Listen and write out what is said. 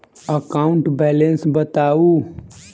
account balance बताउ